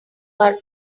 our